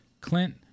Clint